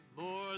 more